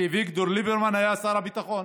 כשאביגדור ליברמן היה שר הביטחון.